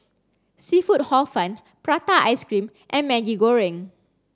seafood hor fun prata ice cream and Maggi Goreng